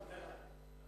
ועדת הכלכלה.